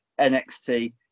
NXT